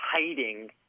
hiding